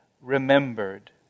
remembered